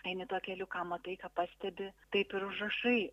eini tuo keliu ką matai ką pastebi taip ir užrašai